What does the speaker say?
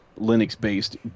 Linux-based